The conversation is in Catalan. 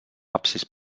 absis